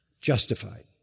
justified